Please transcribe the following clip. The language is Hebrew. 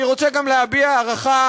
אני רוצה גם להביע הערכה